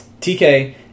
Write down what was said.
TK